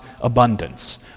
abundance